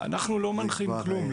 זה כבר --- אנחנו לא מנחים כלום,